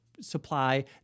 supply